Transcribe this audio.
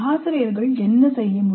ஆசிரியர்கள் என்ன செய்ய முடியும்